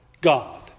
God